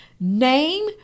name